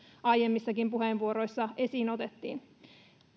aiemmissakin puheenvuoroissa esiin otettiin